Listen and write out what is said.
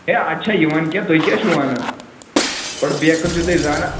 ہے اَز چھَ یِوان کیٚنٛہہ تُہۍ کیٛاہ چھُ وَنان بَڈٕ بیقٕل چھِو تُہۍ زانان